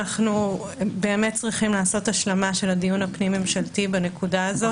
אנחנו צריכים לעשות השלמה של הדיון הפנים-ממשלתי בנקודה הזאת.